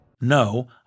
No